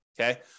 Okay